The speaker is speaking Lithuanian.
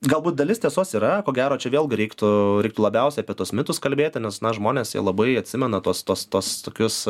galbūt dalis tiesos yra ko gero čia vėlgi reiktų labiausiai apie tuos mitus kalbėti nes na žmonės jie labai atsimena tuos tuos tuos tokius